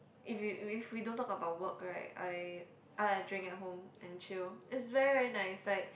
if we if we don't talk about work right I I like drink at home and chill it's very very nice like